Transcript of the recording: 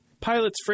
Pilot's